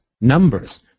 Numbers